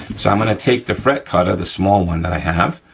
so, i'm gonna take the fret cutter, the small one that i have,